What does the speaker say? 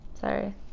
sorry